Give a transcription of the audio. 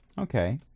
Okay